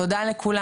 תודה לכולם.